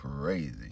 crazy